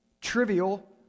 trivial